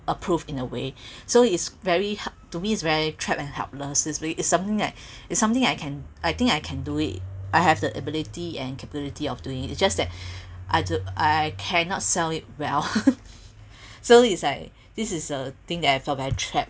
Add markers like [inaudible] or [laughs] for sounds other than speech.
approved in a way so it's very hard to me is very trapped and helpless is very is something that is something that I can I think I can do it I have the ability and capability of doing it just that I I cannot sell it well [laughs] so it's like this is a thing that I felt very trapped